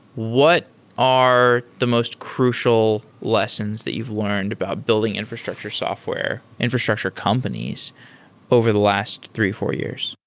what are the most crucial lessons that you've learned about building infrastructure software, infrastructure companies over the last three, four years?